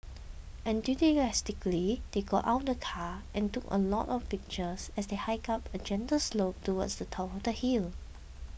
enthusiastically they got out of the car and took a lot of pictures as they hiked up a gentle slope towards the top of the hill